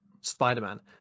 spider-man